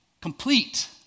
complete